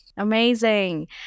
Amazing